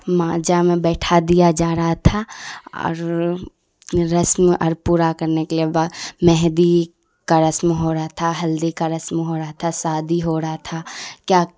ماجا میں بیٹھا دیا جا رہا تھا اور رسم اور پورا کرنے کے لیے مہندی کا رسم ہو رہا تھا ہلدی کا رسم ہو رہا تھا شادی ہو رہا تھا کیا